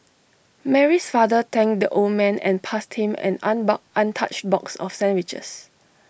Mary's father thanked the old man and passed him an an untouched box of sandwiches